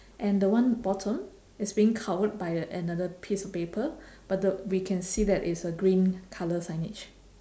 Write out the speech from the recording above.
and the one bottom is being covered by a another piece of paper but the we can see that it's a green colour signage